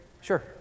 sure